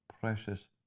precious